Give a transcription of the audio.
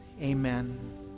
Amen